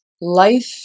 life